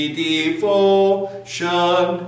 devotion